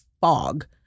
fog